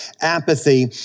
apathy